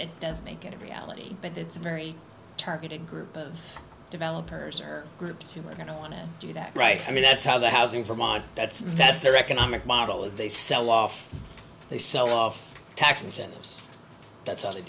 it does make it a reality but it's a very targeted group of developers or groups who are going to want to do that right i mean that's how the housing from on that's that's their economic model is they sell off they sell off tax incentives that's how they